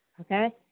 Okay